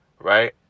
right